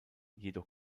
jedoch